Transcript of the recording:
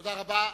תודה רבה.